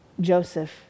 Joseph